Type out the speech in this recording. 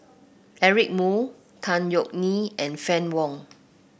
Eric Moo Tan Yeok Nee and Fann Wong